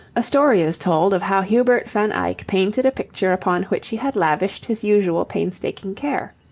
a story is told of how hubert van eyck painted a picture upon which he had lavished his usual painstaking care.